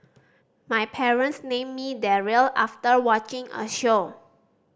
my parents named me Daryl after watching a show